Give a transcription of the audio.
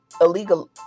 illegal